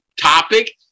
topic